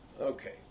Okay